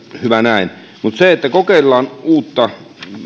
hyvä näin mutta se että kokeillaan uutta